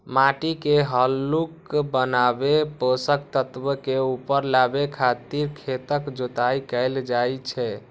माटि के हल्लुक बनाबै, पोषक तत्व के ऊपर लाबै खातिर खेतक जोताइ कैल जाइ छै